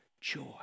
joy